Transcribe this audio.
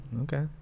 Okay